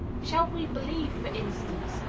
shall we believe, for instance,